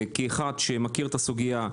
כאחד שמכיר את הסוגיה,